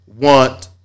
want